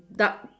dark